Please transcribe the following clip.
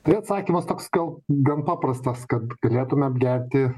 tai atsakymas toks gal gan paprastas kad galėtumėt gerti